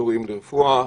פרופסורים לרפואה,